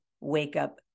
wake-up